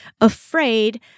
afraid